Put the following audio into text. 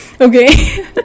okay